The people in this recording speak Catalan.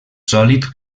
sòlid